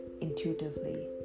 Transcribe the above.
intuitively